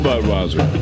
Budweiser